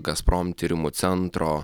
gazprom tyrimų centro